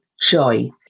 joy